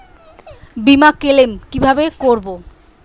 বিমা ক্লেম কিভাবে করব?